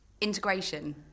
integration